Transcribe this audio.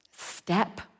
Step